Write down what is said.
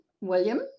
William